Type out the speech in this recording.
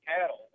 cattle